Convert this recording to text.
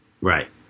Right